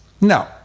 No